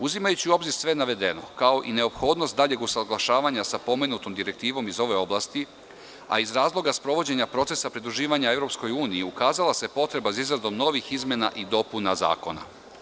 Uzimajući u obzir sve navedeno kao i neophodnost daljeg usaglašavanja sa pomenutom direktivo iz ove oblasti, a iz razloga sprovođenja procesa pridruživanja EU ukazala se potreba za izradom novih izmena i dopuna zakona.